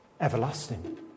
everlasting